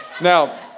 Now